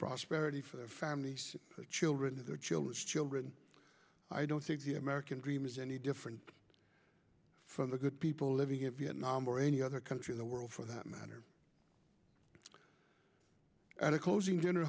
prosperity for their families children and their children's children i don't think the american dream is any different from the good people living it vietnam or any other country or the world for that matter at a closing dinner